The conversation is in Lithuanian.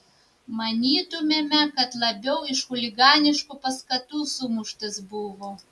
manytumėme kad labiau iš chuliganiškų paskatų sumuštas buvo